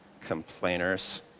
Complainers